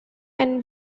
and